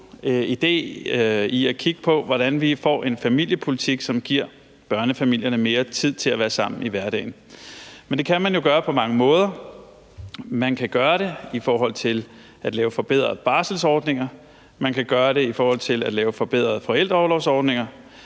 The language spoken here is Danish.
idé at kigge på, hvordan vi får en familiepolitik, som giver børnefamilierne mere tid til at være sammen i hverdagen. Men det kan man jo gøre på mange måder: man kan gøre det i forhold til at lave forbedrede barselsordninger; man kan gøre det i forhold til at lave forbedrede forældreorlovsordninger;